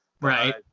Right